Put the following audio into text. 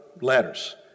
Letters